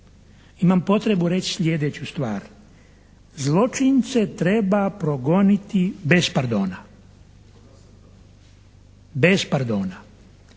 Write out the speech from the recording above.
imam potrebu reći sljedeću stvar. Zločince treba progoniti bez pardona. Bez pardona.